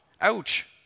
Ouch